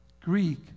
Greek